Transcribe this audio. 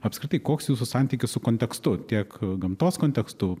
apskritai koks jūsų santykis su kontekstu tiek gamtos kontekstu